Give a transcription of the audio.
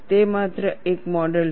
તે માત્ર એક મોડલ છે